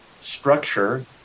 structure